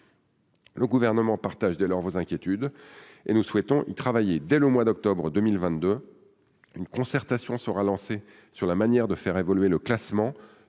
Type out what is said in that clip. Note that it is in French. Le Gouvernement partage dès lors vos inquiétudes. Ainsi, dès le mois d'octobre 2022, une concertation sera lancée sur la manière de faire évoluer le classement,